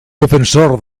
defensor